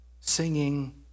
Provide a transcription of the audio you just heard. singing